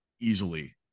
easily